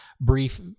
brief